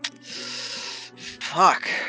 Fuck